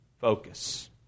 focus